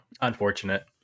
Unfortunate